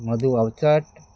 Madhu Avachat